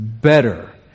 better